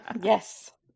Yes